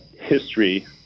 history